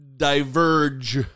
diverge